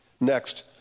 Next